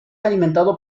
alimentado